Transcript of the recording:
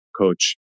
Coach